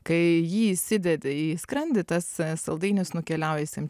kai jį įsidedi į skrandį tas saldainis nukeliauja į sem